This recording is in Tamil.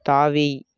தாவி